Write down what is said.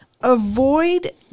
Avoid